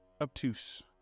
obtuse